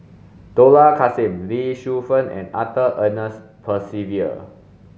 Dollah Kassim Lee Shu Fen and Arthur Ernest Percival